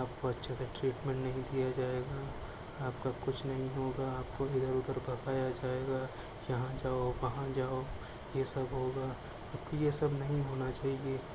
آپ کو اچھے سے ٹریٹمنٹ نہیں دیا جائے گا آپ کا کچھ نہیں ہوگا آپ کو ادھر ادھر بھگایا جائے گا یہاں جاؤ وہاں جاؤ یہ سب ہوگا کیوں کہ یہ سب نہیں ہونا چاہیے